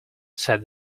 said